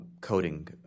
Coding